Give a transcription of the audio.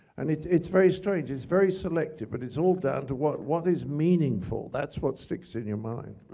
and it's it's very strange. it's very selective. but it's all down to what what is meaningful, that's what sticks in your mind.